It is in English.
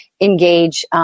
engage